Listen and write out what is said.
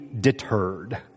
deterred